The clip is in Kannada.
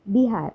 ಬಿಹಾರ್